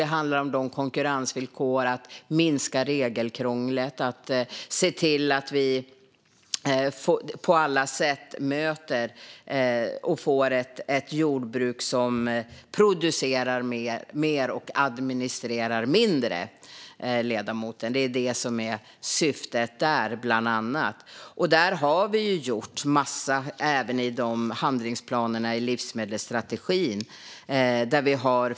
Det handlar om konkurrensvillkor och minskat regelkrångel. Det handlar om att se till att vi på alla sätt får ett jordbruk som producerar mer och administrerar mindre, ledamoten. Det är bland annat det som är syftet. Vi har gjort en massa även i handlingsplanerna i livsmedelsstrategin.